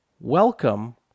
welcome